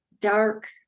dark